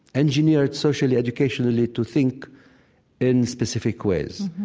engineered socially, educationally, to think in specific ways,